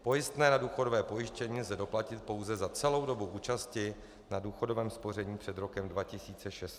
Pojistné na důchodové pojištění lze doplatit pouze za celou dobu účasti na důchodovém spoření před rokem 2016.